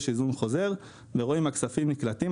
יש היזון חוזר ורואים אם הכספים נקלטים.